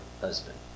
husband